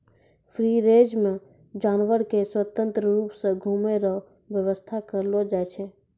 free range मे जानवर के स्वतंत्र रुप से घुमै रो व्याबस्था करलो जाय छै